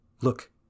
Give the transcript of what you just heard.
Look